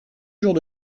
jours